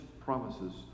promises